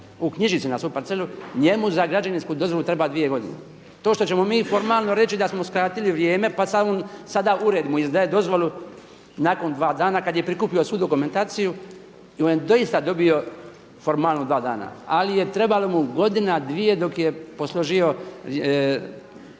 uknjižit se na svoju parcelu, njemu za građevinsku dozvolu treba dvije godine. To što ćemo mi formalno reći da smo skratili vrijeme pa sada ured mu izdaje dozvolu nakon dva dana kada je prikupio svu dokumentaciju i on je dobio doista formalno dva dana, ali mu je trebala godina, dvije dok je posloživao